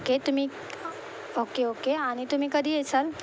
okay तुम्ही okay okay आणि तुम्ही कधी येसाल